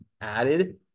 added